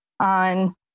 on